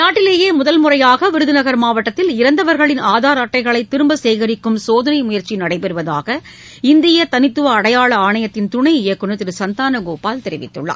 நாட்டிலேயே முதல் முறையாக விருதுநகர் மாவட்டத்தில் இறந்தவர்களின் ஆதார் அட்டைகளை திரும்ப சேகரிக்கும் சோதனை முயற்சி நடைபெறுவதாக இந்திய தனித்துவ அடையாள ஆணையத்தின் துணை இயக்குனர் திரு சந்தான கோபால் தெரிவித்துள்ளார்